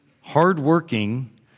hardworking